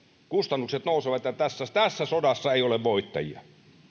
kustannukset nousevat ja tässä sodassa ei ole voittajia